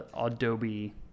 Adobe